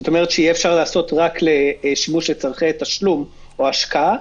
זאת אומרת שיהיה אפשר לעשות שימוש לצרכי תשלום או השקעה.